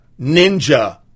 Ninja